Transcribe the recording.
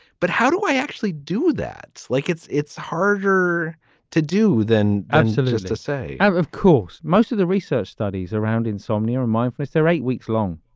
but how do i actually do that? like, it's it's harder to do than and so it is to say of course, most of the research studies around insomnia and mindfulness, they're eight weeks long.